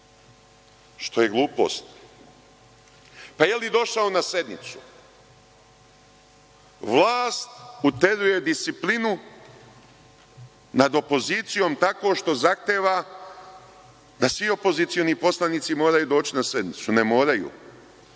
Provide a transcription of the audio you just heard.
što je glupost, pa, da li je došao na sednicu. Vlast uteruje disciplinu nad opozicijom, što zahteva da svi opozicioni poslanici moraju da dođu na sednicu. Ne moraju,